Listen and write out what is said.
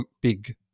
big